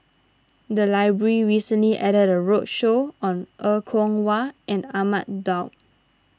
the library recently at that a roadshow on Er Kwong Wah and Ahmad Daud